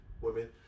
Women